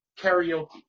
karaoke